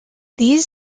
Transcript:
these